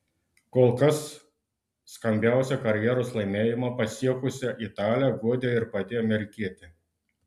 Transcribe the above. kol kas skambiausią karjeros laimėjimą pasiekusią italę guodė ir pati amerikietė